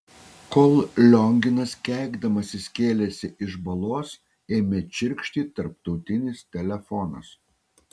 kol lionginas keikdamasis kėlėsi iš balos ėmė čirkšti tarptautinis telefonas